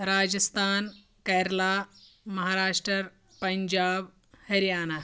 Rajasthan Kerala Maharashtra Punjab Haryana